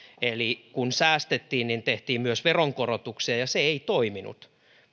eli kun säästettiin niin tehtiin myös veronkorotuksia ja ja se ei toiminut